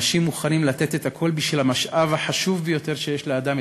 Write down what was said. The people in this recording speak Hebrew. אנשים מוכנים לתת את הכול בשביל המשאב החשוב ביותר שיש לאדם,